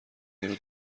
یارو